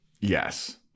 Yes